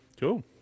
Cool